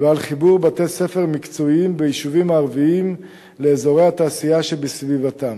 ועל חיבור בתי-ספר מקצועיים ביישובים ערביים לאזורי התעשייה שבסביבתם.